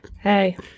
hey